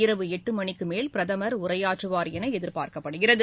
இரவு எட்டு மணிக்கு மேல் பிரதமர் உரையாற்றுவார் என எதிர்பார்க்கப்படுகிறது